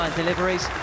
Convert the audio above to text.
deliveries